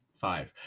five